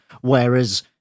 Whereas